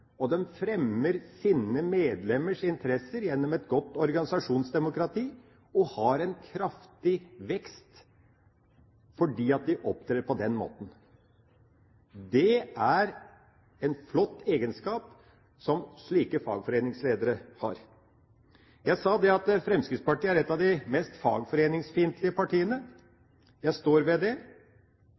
medlemmers interesser gjennom et godt organisasjonsdemokrati og har en kraftig vekst fordi de opptrer på den måten. Det er en flott egenskap som slike fagforeningsledere har. Jeg sa at Fremskrittspartiet er et av de mest fagforeningsfiendtlige partiene. Jeg står ved det.